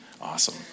Awesome